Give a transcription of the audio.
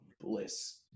bliss